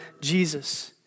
Jesus